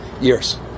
years